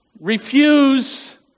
refuse